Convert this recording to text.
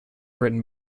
written